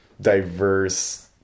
diverse